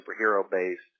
superhero-based